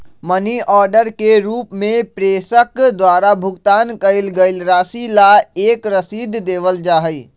money order के रूप में प्रेषक द्वारा भुगतान कइल गईल राशि ला एक रसीद देवल जा हई